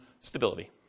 Stability